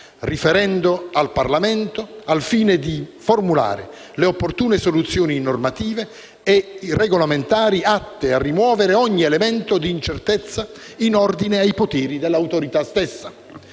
riferendo al Parlamento al fine di formulare le opportune soluzioni normative e regolamentari atte a rimuovere ogni elemento di incertezza in ordine ai poteri dell'Autorità stessa.